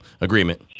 agreement